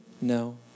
No